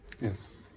Yes